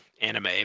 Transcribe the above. anime